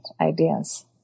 ideas